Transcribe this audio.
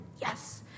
Yes